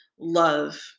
love